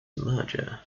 merger